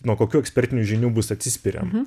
nuo kokių ekspertinių žinių bus atsispiriama